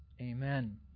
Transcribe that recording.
amen